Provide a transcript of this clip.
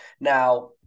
Now